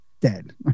dead